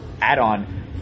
add-on